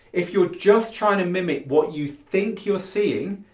if you're just trying to mimic what you think you're seeing,